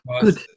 good